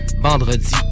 vendredi